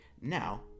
Now